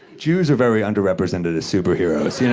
jews are very underrepresented as superheroes, yeah